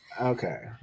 Okay